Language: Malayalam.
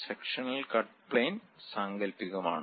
sectional cut plane സാങ്കൽപ്പികമാണ്